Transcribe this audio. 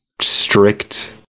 strict